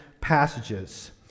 passages